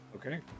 Okay